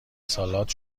سالاد